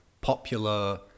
popular